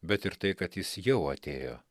bet ir tai kad jis jau atėjo